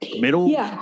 middle